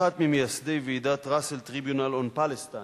אחת ממייסדי ועידת Russell Tribunal on Palestine,